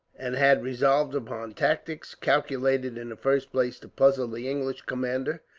and had resolved upon tactics, calculated in the first place to puzzle the english commander,